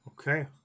okay